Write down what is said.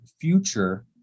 Future